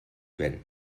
vent